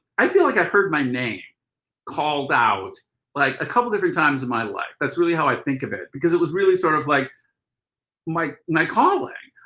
i feel like i've heard my name called out like a couple different times in my life. that's really how i think of it. because it was really sort of like my my calling.